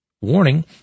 Warning